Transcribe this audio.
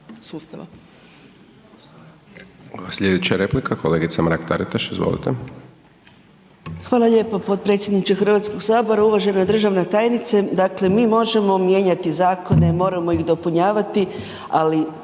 Hvala lijepo potpredsjedniče Hrvatskog sabora. Uvažena državna tajnice, dakle mi možemo mijenjati zakone, moramo ih dopunjavati ali